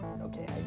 okay